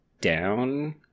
down